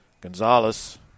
Gonzalez